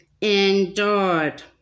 endured